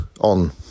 on